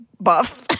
buff